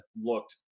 looked